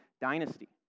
dynasty